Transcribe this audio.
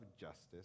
justice